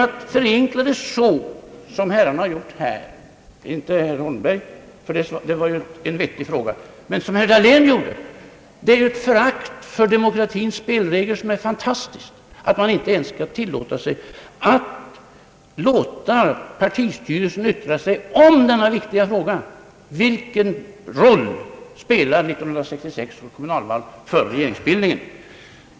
Men att förenkla resonemanget som herrarna har gjort här — ja, inte herr Holmberg för han ställde ju en vettig fråga, men herr Dahlén — innebär ju ett fantastiskt förakt för demokratins spelregler, dvs. när man inte ens vill låta partistyrelsen yttra sig om den viktiga frågan: Vilken roll spelar 1966 års kom munalval för regeringsbildningen?